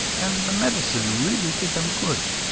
and the medicine really did them good.